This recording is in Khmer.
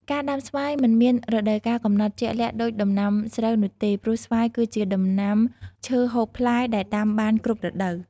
ការដាំស្វាយមិនមានរដូវកាលកំណត់ជាក់លាក់ដូចដំណាំស្រូវនោះទេ ព្រោះស្វាយគឺជាដំណាំឈើហូបផ្លែដែលដាំបានគ្រប់រដូវ។